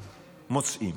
מוצאים.